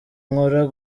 nkora